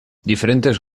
diferentes